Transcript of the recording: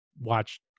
watch